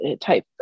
type